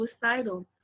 suicidal